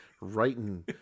writing